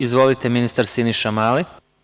Izvolite, reč ima Siniša Mali.